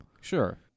Sure